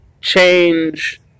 change